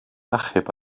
achub